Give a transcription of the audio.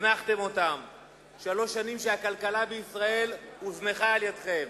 שלוש שנים שהכלכלה בישראל הוזנחה על-ידיכם.